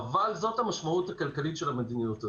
אבל זו המשמעות הכלכלית של המדיניות הזאת.